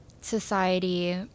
society